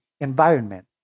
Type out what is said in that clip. environment